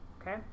okay